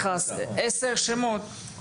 זו לא תהיה הבעיה.